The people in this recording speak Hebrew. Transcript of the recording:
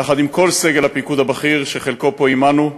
יחד עם כל סגל הפיקוד הבכיר, שחלקו פה עמנו,